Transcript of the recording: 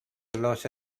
los